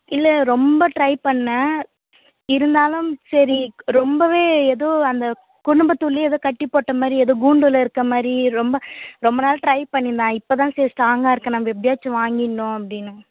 இல்லை ரொம்ப ட்ரை பண்ணினேன் இருந்தாலும் சரி ரொம்பவே ஏதோ அந்த குடும்பத்துள்ளயே எதோ கட்டிப் போட்டமாதிரி ஏதோ கூண்டுள்ள இருக்கற மாதிரி ரொம்ப ரொம்ப நாள் ட்ரை பண்ணி நான் இப்போ தான் சரி ஸ்ட்ராங்காக இருக்கற நம்ம எப்படியாச்சும் வாங்கிடணும் அப்படின்னு